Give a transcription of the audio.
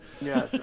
Yes